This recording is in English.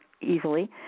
easily